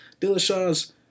Dillashaw's